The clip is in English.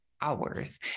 hours